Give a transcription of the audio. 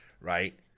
right